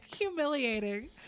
humiliating